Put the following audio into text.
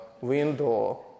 window